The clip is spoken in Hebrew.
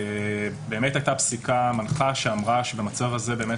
באמת הייתה פסיקה מנחה שאמרה שבמצב הזה באמת